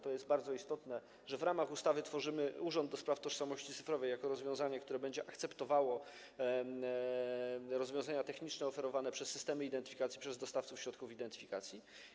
To jest bardzo istotne, że w ramach ustawy tworzymy urząd do spraw tożsamości cyfrowej jako rozwiązanie, które będzie akceptowało rozwiązania techniczne oferowane przez systemy identyfikacji, przez dostawców środków identyfikacji.